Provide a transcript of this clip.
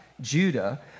Judah